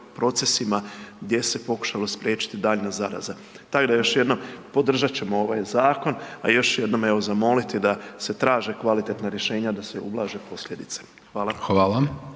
procesima gdje se pokušalo spriječiti daljnja zaraza. Tako da još jednom, podržat ćemo ovaj zakon, a još jednom evo zamoliti da se traže kvalitetna rješenja da se ublaže posljedice. Hvala.